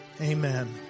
Amen